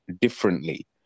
differently